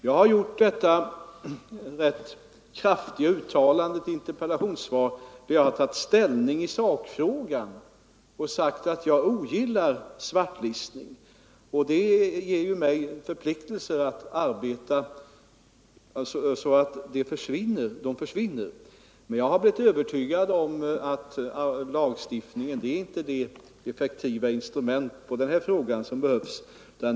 Jag har gjort ett rätt kraftigt uttalande i interpellationssvaret och tagit ställning i sakfrågan genom att säga att jag ogillar svartlistning. Det ger mig förpliktelser att arbeta för att svartlistningen skall försvinna. Men jag har blivit övertygad om att lagstiftning inte är det effektiva instrument som behövs i den här frågan.